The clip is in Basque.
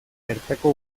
bertako